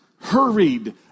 hurried